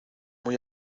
muy